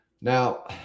Now